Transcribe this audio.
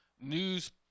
news